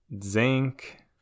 zinc